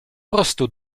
prostu